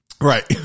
Right